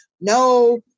no